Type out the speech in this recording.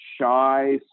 shy